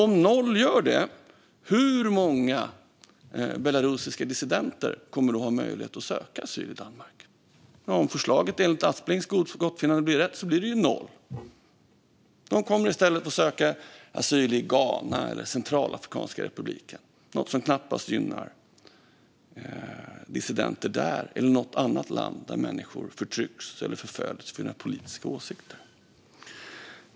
Om noll gör det, hur många belarusiska dissidenter kommer att ha möjlighet att söka asyl i Danmark? Om förslaget enligt Asplings gottfinnande blir rätt blir det noll. De kommer i stället att söka asyl i Ghana eller Centralafrikanska republiken. Det är något som knappast gynnar dissidenter där eller i något annat land där människor förtrycks eller förföljs för sina politiska åsikter.